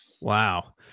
Wow